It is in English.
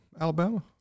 Alabama